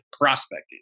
prospecting